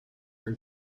were